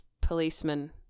policeman